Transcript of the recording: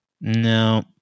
No